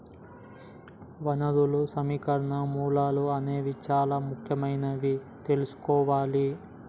వనరులు సమీకరణకు మూలాలు అనేవి చానా ముఖ్యమైనవని తెల్సుకోవాలి